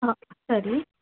ಹಾಂ ಸರಿ